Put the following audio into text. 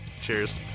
Cheers